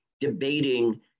Debating